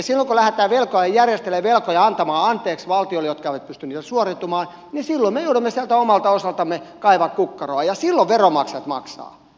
kun lähdetään velkoja järjestelemään velkoja antamaan anteeksi valtioille jotka eivät pysty niistä suoriutumaan niin silloin me joudumme omalta osaltamme kaivamaan kukkaroa ja silloin veronmaksajat maksavat